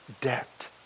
debt